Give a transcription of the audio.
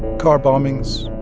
car bombings,